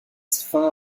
fin